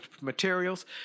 materials